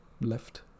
left